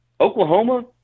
Oklahoma